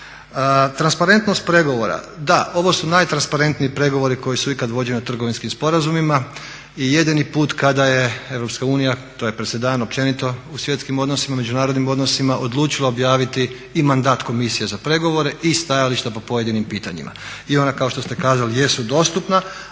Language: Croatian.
Transparentnost pregovora, ovo su najtransparentniji pregovori koji su ikad vođeni u trgovinskim sporazumima i jedini put kada je Europska unija, to je presedan općenito u svjetskim odnosima, međunarodnim odnosima, odlučila objaviti i mandat komisije za pregovore i stajališta po pojedinim pitanjima. I ona kao što ste kazali jesu dostupna,